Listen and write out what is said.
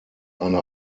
eine